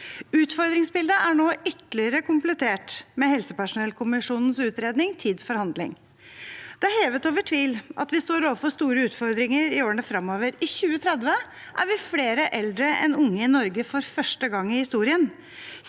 Utfordringsbildet er nå ytterligere komplettert med helsepersonellkommisjonens utredning, Tid for handling. Det er hevet over tvil at vi står overfor store utfordringer i årene fremover. I 2030 vil vi være flere eldre enn unge i Norge, for første gang i historien.